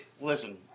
listen